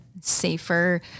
safer